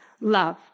love